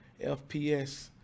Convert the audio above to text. FPS